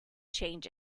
change